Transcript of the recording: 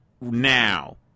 now